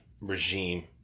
regime